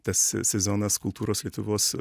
tas sezonas kultūros lietuvos